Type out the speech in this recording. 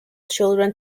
children